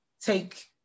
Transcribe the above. take